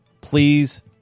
please